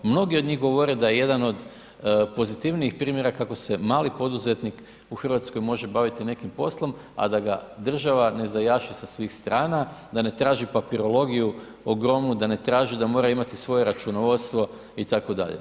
Mnogi od njih govore da je jedan od pozitivnijih primjera kako se mali poduzetnik u Hrvatskoj može baviti nekim poslom a da ga država ne zajaši sa svih strana, da ne traži papirologiju ogromnu, da ne traži da mora imati svoje računovodstvo itd.